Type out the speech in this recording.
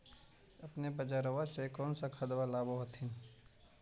अपने बजरबा से कौन सा खदबा लाब होत्थिन?